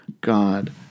God